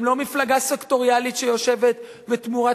אתם לא מפלגה סקטוריאלית שיושבת ותמורת